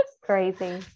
Crazy